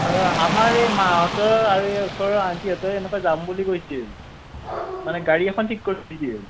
আমাৰ এই মাহঁতে আৰু ওচৰৰ আণ্টিহঁতে এনেকৈ যাম বুলি কৈছিল মানে গাড়ী এখন ঠিক কৰিছিল